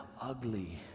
ugly